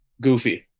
goofy